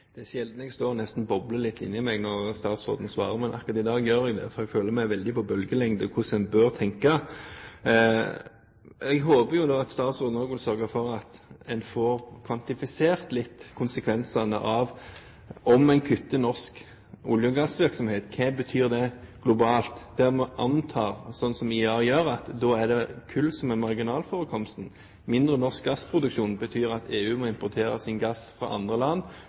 det. Det er sjelden det nesten bobler inni meg når jeg står her og hører statsråden svare, men akkurat i dag gjør det det, for jeg føler meg veldig på bølgelengde med hensyn til hvordan en bør tenke. Jeg håper nå at statsråden også vil sørge for at en får kvantifisert litt når det gjelder konsekvensene dersom en kutter i norsk olje- og gassvirksomhet, og hva det betyr globalt. Det en må anta, slik som IEA gjør, er at da er det kull som er marginalforekomsten. Mindre gassproduksjon i Norge betyr at EU må